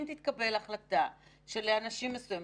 אם תתקבל החלטה שלאנשים מסוימים,